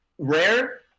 Rare